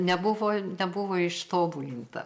nebuvo nebuvo ištobulinta